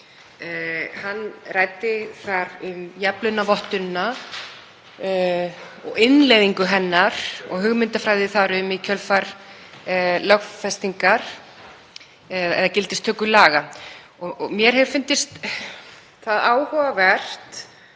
Hann ræddi þar um jafnlaunavottunina og innleiðingu hennar og hugmyndafræði þar um í kjölfar lögfestingar eða gildistöku laga og mér hefur fundist áhugaverð